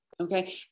Okay